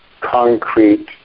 concrete